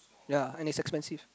yea and it's expensive